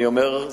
אני אומר,